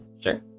Sure